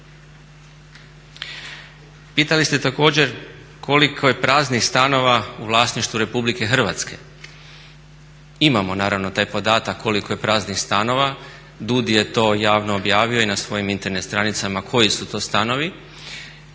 Pitali ste također koliko je praznih stanova u vlasništvu Republike Hrvatske. Imamo naravno taj podatak koliko je praznih stanova, DUDI je to javno objavio i na svojim internet stranicama koji su to stanovi.